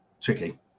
tricky